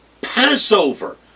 Passover